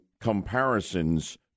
comparisons